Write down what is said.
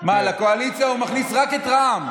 לקואליציה הוא מכניס רק את רע"ם.